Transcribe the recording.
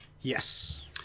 Yes